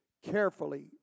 Carefully